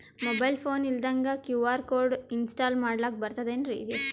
Mobile phone ಇಲ್ದಂಗ QR code install ಮಾಡ್ಲಕ ಬರ್ತದೇನ್ರಿ?